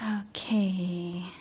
Okay